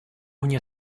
ogni